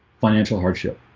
financial hardship